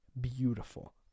beautiful